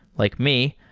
like me,